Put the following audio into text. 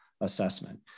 assessment